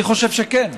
אני חושב שכן.